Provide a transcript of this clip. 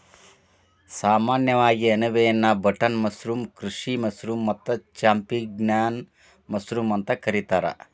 ಸಾಮಾನ್ಯವಾಗಿ ಅಣಬೆಯನ್ನಾ button mushroom, ಕೃಷಿ ಮಶ್ರೂಮ್ ಮತ್ತ ಚಾಂಪಿಗ್ನಾನ್ ಮಶ್ರೂಮ್ ಅಂತ ಕರಿತಾರ